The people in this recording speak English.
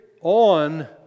on